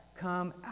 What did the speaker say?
Come